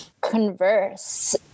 converse